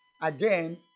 again